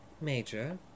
Major